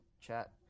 Chat